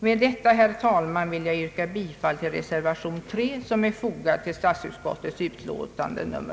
Med detta, herr talman, ber jag att få yrka bifall till reservation 3 i statsutskottets utlåtande.